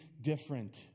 different